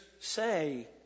say